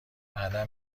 بعدا